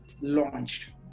launched